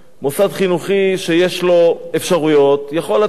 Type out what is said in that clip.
מוסד חינוכי שיש לו אפשרויות יכול לתת